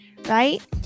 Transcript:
right